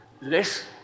less